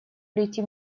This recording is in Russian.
прийти